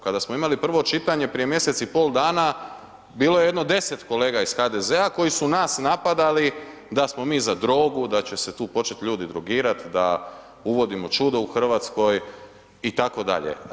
Kada smo imali prvo čitanje prije mjesec i pol dana bilo je jedno 10 kolega iz HDZ-a koji su nas napadali da smo mi za drogu, da će se tu počet ljudi drogirat, da uvodimo čudo u Hrvatskoj itd.